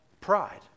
pride